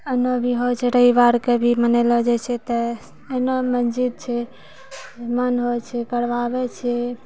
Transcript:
एना भी होइ छै रविवारके भी मनेलो जाइ छै तऽ एहिनामे जे छै मन होइ छै करबाबै छै